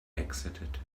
exited